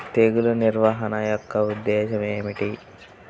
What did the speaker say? తెగులు నిర్వహణ యొక్క ఉద్దేశం ఏమిటి?